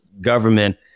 government